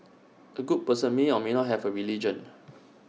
A good person may or may not have A religion